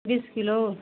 बीस किलो